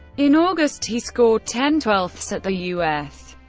in august, he scored ten twelve at the u s.